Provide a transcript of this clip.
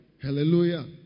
Hallelujah